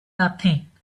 nothing